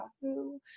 Yahoo